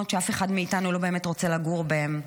שאף אחד מאיתנו לא באמת רוצה לגור בהן.